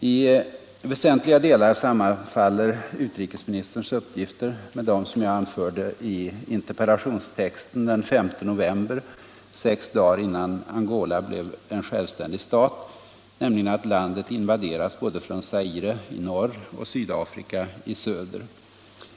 I väsentliga delar sammanfaller utrikesministerns uppgifter med dem som jag anförde i interpellationstexten den 5 november, sex dagar innan Angola blev en självständig stat, nämligen att landet invaderas både från Zaire i norr och Sydafrika i söder.